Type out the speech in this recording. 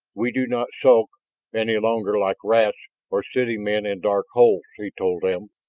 we do not skulk any longer like rats or city men in dark holes, he told them.